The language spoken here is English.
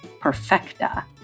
Perfecta